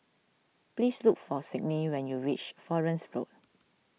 please look for Signe when you reach Florence Road